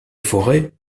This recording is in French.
forêts